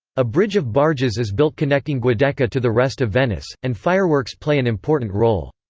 a bridge of barges is built connecting giudecca to the rest of venice, and fireworks play an important role.